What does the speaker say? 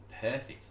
perfect